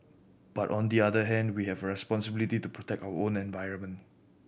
but on the other hand we have a responsibility to protect our own environment